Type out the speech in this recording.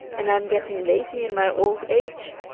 and i'm getting lazy in my old age.